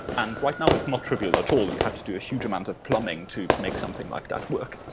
and right now it's not trivial at all. you have to do a huge amount of plumbing to make something like that work.